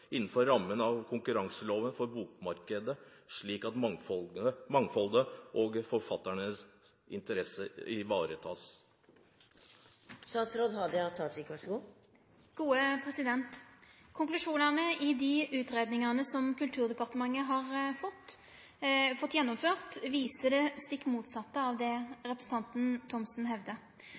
rammene av konkurranseloven for bokmarkedet, slik at mangfold og forfatterinteresser ivaretas?» Konklusjonane i dei utgreiingane som Kulturdepartementet har fått gjennomført, viser det stikk motsette av det representanten Thomsen hevdar.